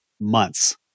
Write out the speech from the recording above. months